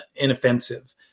inoffensive